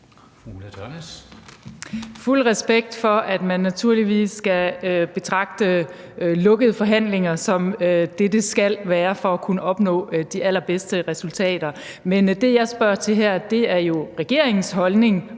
fuld respekt for, at man naturligvis skal betragte lukkede forhandlinger som det, det skal være for at kunne opnå de allerbedste resultater. Men det, jeg spørger til her, er jo regeringens holdning